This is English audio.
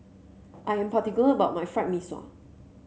I am particular about my Fried Mee Sua